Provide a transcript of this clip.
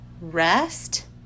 rest